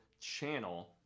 channel